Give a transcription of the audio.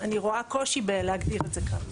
אני רואה קושי להגדיר את זה ככה.